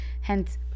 hence